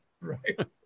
Right